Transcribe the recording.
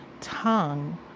tongue